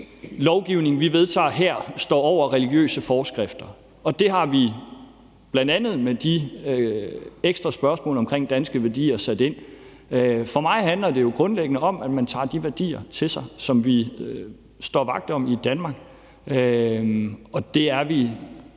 lovgivningen, vi vedtager her, står over religiøse forskrifter. Og det har vi bl.a. med de ekstra spørgsmål omkring danske værdier sat ind over for. For mig handler det grundlæggende om, at man tager de værdier til sig, som vi står vagt om i Danmark, og det er vi